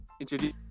introduce